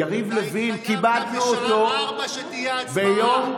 יריב לוין, כיבדנו אותו ביום,